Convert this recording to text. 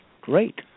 Great